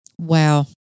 Wow